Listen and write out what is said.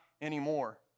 anymore